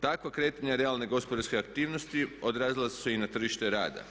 Takva kretanja realne gospodarske aktivnosti odrazila su se i na tržište rada.